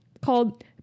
called